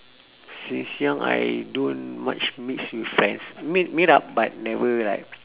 since young I don't much miss with friends meet meet up but never like